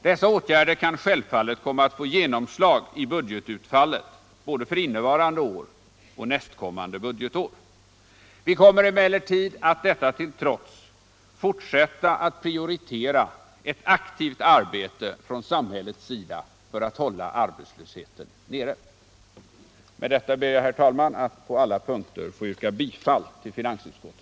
Dessa åtgärder kan självfallet komma att få genomslag i budgetutfallet för både innevarande och nästkommande budgetår. Vi kommer emellertid att detta till trots fortsätta att prioritera ett aktivt arbete från samhällets sida för att hålla arbetslösheten nere.